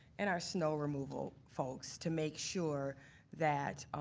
and our snow removal folks, to make sure that